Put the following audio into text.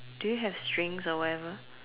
do you have strings or whatever